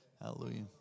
Hallelujah